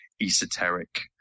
esoteric